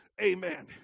Amen